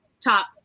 top